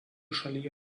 šalyje